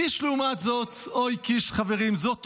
קיש, לעומת זאת, אוי, קיש, חברים, זאת תופעה.